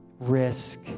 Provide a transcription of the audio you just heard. risk